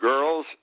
Girls